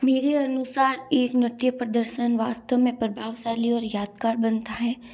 मेरे अनुसार एक नृत्य प्रदर्शन वास्तव में प्रभावशाली और यादगार बनता है